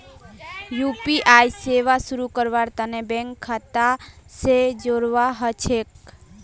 UPI सेवा शुरू करवार तने बैंक खाता स जोड़वा ह छेक